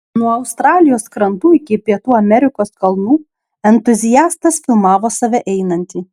nuo australijos krantų iki pietų amerikos kalnų entuziastas filmavo save einantį